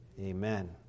Amen